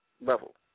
level